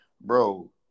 bro